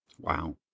Wow